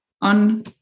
on